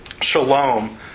Shalom